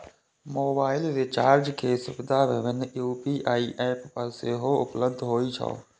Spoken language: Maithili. मोबाइल रिचार्ज के सुविधा विभिन्न यू.पी.आई एप पर सेहो उपलब्ध होइ छै